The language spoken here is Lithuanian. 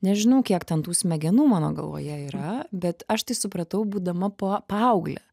nežinau kiek ten tų smegenų mano galvoje yra bet aš tai supratau būdama po paaugle